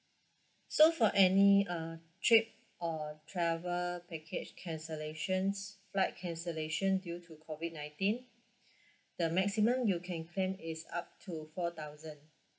so for any uh trip or travel package cancellations flight cancellation due to COVID nineteen the maximum you can claim is up to four thousand